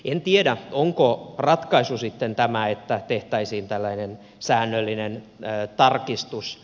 en tiedä onko ratkaisu sitten tämä että tehtäisiin tällainen säännöllinen tarkastus